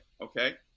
Okay